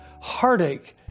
heartache